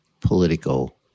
political